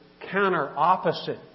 counter-opposite